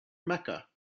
mecca